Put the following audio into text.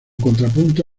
contrapunto